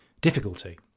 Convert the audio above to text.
difficulty